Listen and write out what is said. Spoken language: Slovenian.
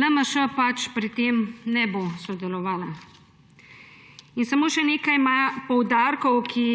LMŠ pač pri tem ne bo sodeloval. In samo še nekaj poudarkov, ki